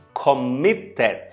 committed